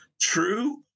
True